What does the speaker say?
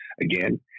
again